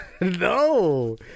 No